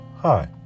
Hi